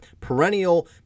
perennial